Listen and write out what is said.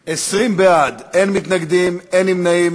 בעד, 20, אין מתנגדים ואין נמנעים.